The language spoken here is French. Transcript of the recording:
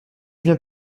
bien